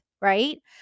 Right